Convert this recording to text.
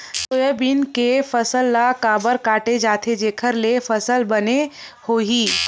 Soybean के फसल ल काबर काटे जाथे जेखर ले फसल बने होही?